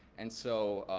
and so,